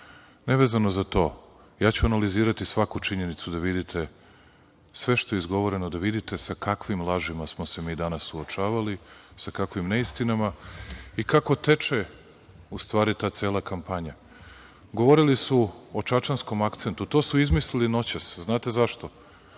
glave. Nevezano za to, analiziraću svaku činjenicu, sve što je izgovoreno, da vidite sa kakvim lažima smo se mi danas suočavali, sa kakvim neistinama i kako teče, u stvari, ta cela kampanja. Govorili su o čačanskom akcentu. To su izmislili noćas. Znate zašto?